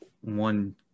one